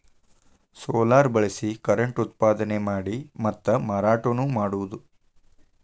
solar ಬಳಸಿ current ಉತ್ಪಾದನೆ ಮಾಡಿ ಮಾತಾ ಮಾರಾಟಾನು ಮಾಡುದು